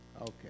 okay